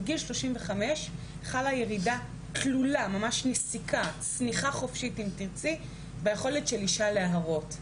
בגיל 35 חלה ירידה תלולה ביכולת של האישה להרות.